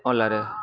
ଓଲାରେ